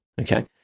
Okay